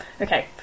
Okay